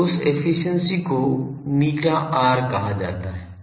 तो उस एफिशिएंसी को ηr कहा जाता है